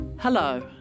Hello